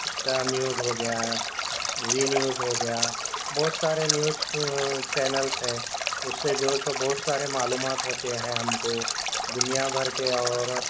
star News ہوگیا Zee News ہوگیا بہت سارے نیوز چینلس ہیں اس سے جو ہے سو بہت سارے معلومات ہوتے ہیں ہم کو دنیا بھر کے اور